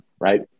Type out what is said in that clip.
right